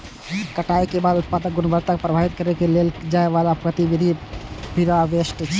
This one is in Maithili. कटाइ के बाद उत्पादक गुणवत्ता कें प्रभावित करै लेल कैल जाइ बला गतिविधि प्रीहार्वेस्ट छियै